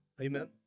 Amen